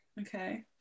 Okay